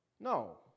No